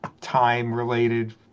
time-related